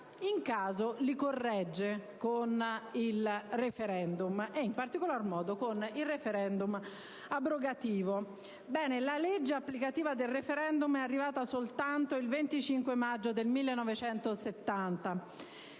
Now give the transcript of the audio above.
in caso, li corregge con il *referendum*, e in particolar modo con quello abrogativo. Bene, la legge applicativa del *referendum* è arrivata soltanto il 25 maggio 1970,